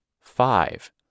five